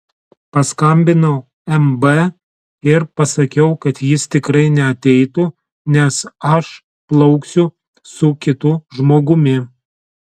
paskambinau mb ir pasakiau kad jis tikrai neateitų nes aš plauksiu su kitu žmogumi